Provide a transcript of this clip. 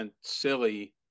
silly